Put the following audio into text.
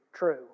True